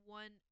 one